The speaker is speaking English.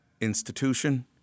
institution